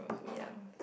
ya